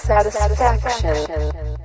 Satisfaction